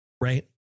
Right